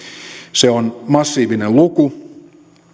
se on massiivinen luku